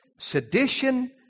sedition